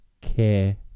care